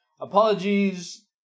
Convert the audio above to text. apologies